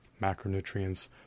macronutrients